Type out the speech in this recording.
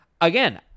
again